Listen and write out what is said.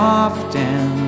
often